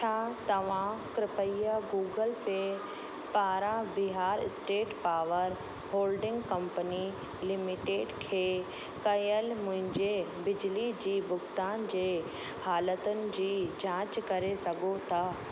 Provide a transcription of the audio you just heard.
छा तव्हां कृपया गूगल पे पारां Bihar state power holding company limited खे कयल मुंहिंजे बिजली जी भुगतान जे हालतुनि जी जांच करे सघो था